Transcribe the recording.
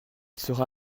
sera